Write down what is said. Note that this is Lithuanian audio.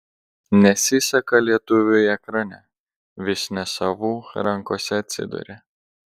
nesiseka lietuviui ekrane vis ne savų rankose atsiduria